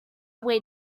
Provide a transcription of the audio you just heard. way